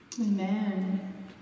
amen